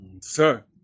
sir